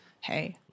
Hey